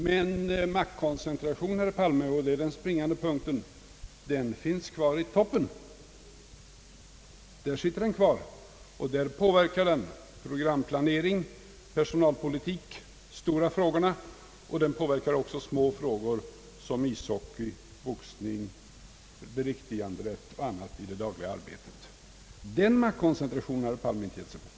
Men maktkoncentrationen, herr Palme, och det är den springande punkten, den finns kvar i toppen, och där påverkar den programplanering, personalpolitik och andra stora frågor, och den påverkar också små frågor som ishockey, boxning, beriktiganden och annat i det dagliga arbetet. Den maktkoncentrationen har inte herr Palme givit sig på.